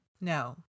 no